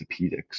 orthopedics